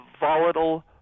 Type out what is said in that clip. volatile